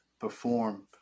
perform